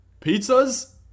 Pizzas